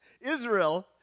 Israel